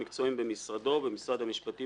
מצא שר הביטחון לאחר התייעצות,